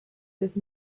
this